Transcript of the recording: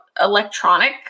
electronic